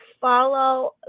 Follow